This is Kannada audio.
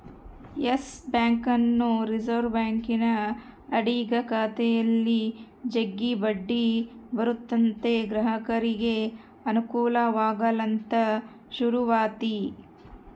ಯಸ್ ಬ್ಯಾಂಕನ್ನು ರಿಸೆರ್ವೆ ಬ್ಯಾಂಕಿನ ಅಡಿಗ ಖಾತೆಯಲ್ಲಿ ಜಗ್ಗಿ ಬಡ್ಡಿ ಬರುತತೆ ಗ್ರಾಹಕರಿಗೆ ಅನುಕೂಲವಾಗಲಂತ ಶುರುವಾತಿ